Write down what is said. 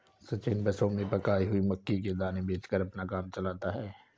सचिन बसों में पकाई हुई मक्की के दाने बेचकर अपना काम चलाता है